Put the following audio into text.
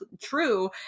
true